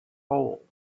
hole